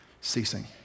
ceasing